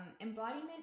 embodiment